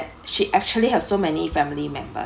she actually have so many family members